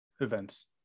events